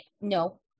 no